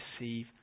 receive